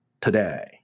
today